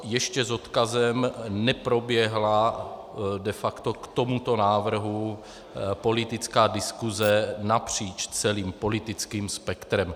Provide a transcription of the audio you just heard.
Ještě s odkazem neproběhla de facto k tomuto návrhu politická diskuse napříč celým politickým spektrem.